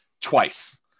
twice